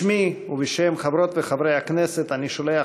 בשמי ובשם חברות וחברי הכנסת אני שולח